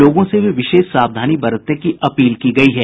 लोगों से भी विशेष सावधानी बरतने की अपील की गयी है